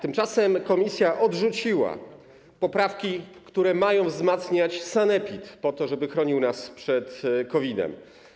Tymczasem komisja odrzuciła poprawki, które mają wzmacniać sanepid, po to żeby chronił nas przed COVID-em.